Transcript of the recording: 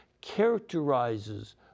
characterizes